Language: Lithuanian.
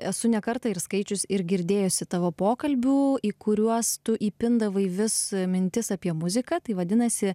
esu ne kartą ir skaičius ir girdėjusi tavo pokalbių į kuriuos tu įpindavai vis mintis apie muziką tai vadinasi